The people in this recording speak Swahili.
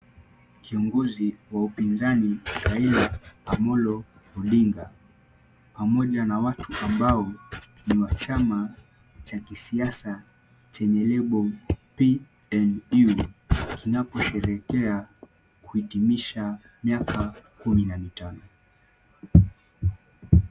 Kiongozi wa upinzani Raila Amollo Odinga pamoja na watu ambao ni wa chama cha kisiasa chenye lebo PNU kinaposherehekea kuhitimisha miaka kumi na mitano.